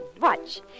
watch